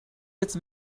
jetzt